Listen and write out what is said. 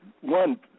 one